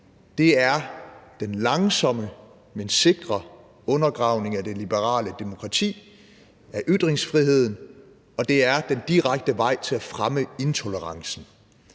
Det er den langsomme, men sikre undergravning af det liberale demokrati og af ytringsfriheden, og det er den direkte vej til at fremme intolerancen.